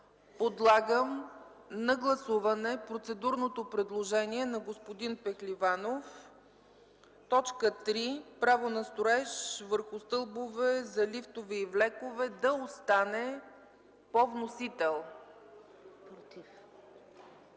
подлагам на гласуване процедурното предложение на господин Пехливанов – т. 3 „право на строеж върху стълбове за лифтове и влекове” да остане по вносител.